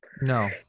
No